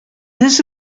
this